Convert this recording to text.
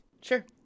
Sure